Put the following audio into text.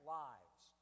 lives